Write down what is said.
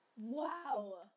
wow